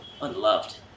Unloved